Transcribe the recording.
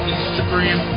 Instagram